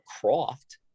Croft